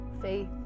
Faith